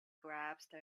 grasped